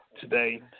today